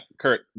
Kurt